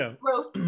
gross